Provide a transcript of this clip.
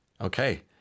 Okay